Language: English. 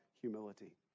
humility